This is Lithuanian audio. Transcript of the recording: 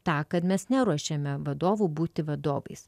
tą kad mes neruošiame vadovų būti vadovais